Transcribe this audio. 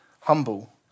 humble